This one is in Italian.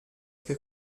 che